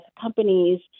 companies